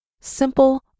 Simple